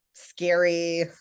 scary